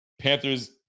Panthers